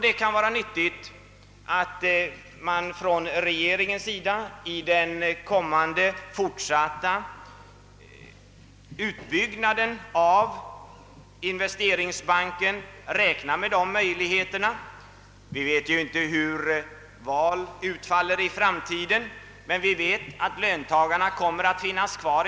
Det kan vara nyttigt att man från regeringens sida vid den fortsatta utbyggnaden av investeringsbanken räknar med denna möjlighet. Vi vet inte hur valen utfaller i framtiden, men vi vet att löntagarna även i framtiden kommer att vara kvar.